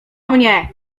mnie